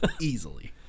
Easily